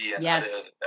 Yes